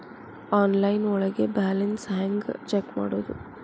Online ಒಳಗೆ balance ಹ್ಯಾಂಗ check ಮಾಡೋದು?